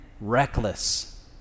reckless